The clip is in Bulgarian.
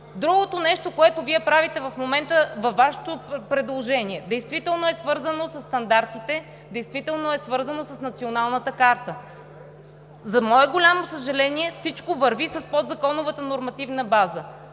Другото нещо, което Вие правите в момента във Вашето предложение: действително е свързано със стандартите, действително е свързано с Националната карта. За мое голямо съжаление, всичко върви с подзаконовата нормативна база.